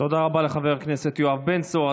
תודה רבה לחבר הכנסת יואב בן צור.